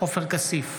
עופר כסיף,